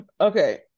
okay